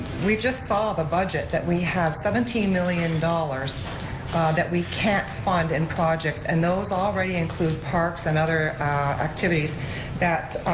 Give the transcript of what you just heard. we just saw the budget that we have seventeen million dollars that we can't fund in projects, and those already include parks and other activities that,